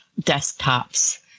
desktops